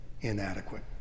inadequate